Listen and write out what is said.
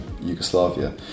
Yugoslavia